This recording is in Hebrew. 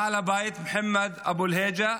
בעל הבית מוחמד אבו אל-היג'א,